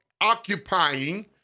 occupying